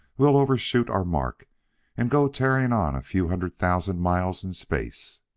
we'll overshoot our mark and go tearing on a few hundred thousand miles in space.